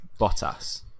Bottas